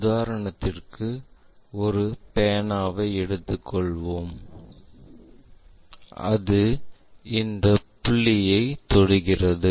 உதாரணத்திற்கு ஒரு பேனாவை எடுத்துக்கொள்வோம் அது இந்த புள்ளியைத் தொடுகிறது